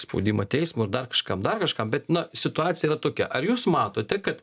spaudimą teismui ar dar kažkam dar kažkam bet na situacija yra tokia ar jūs matote kad